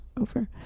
over